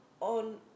on